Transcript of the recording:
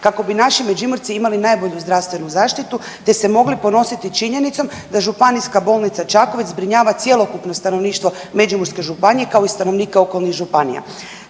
kako bi naši Međimurci imali najbolju zdravstvenu zaštitu te se mogli ponositi činjenicom da Županijska bolnica Čakovec zbrinjava cjelokupno stanovništvo Međimurske županije kao i stanovnika okolnih županija.